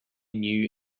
new